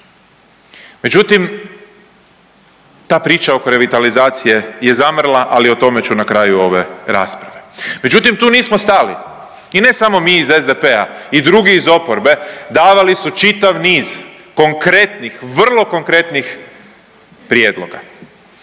Međutim, ta priča oko revitalizacije za zamrla, ali o tome ću na kraju ove rasprave. Međutim, tu nismo stali i ne samo mi iz SDP-a i drugi iz oporbe davali su čitav niz konkretnih, vrlo konkretnih prijedloga.